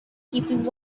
keeping